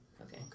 Okay